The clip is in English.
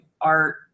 art